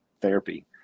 therapy